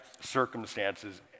circumstances